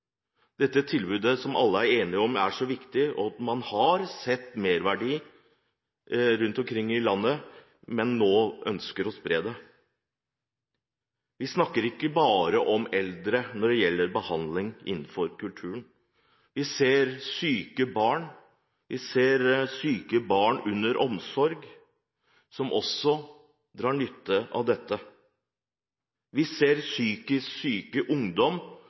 som alle er enige om er så viktig. Man har sett at kultur har merverdi rundt omkring i landet, og man ønsker nå å spre den. Når det gjelder behandling med kultur, snakker vi ikke bare om eldre; vi ser syke barn under omsorg som også drar nytte av dette. Vi ser psykisk syke